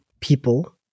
people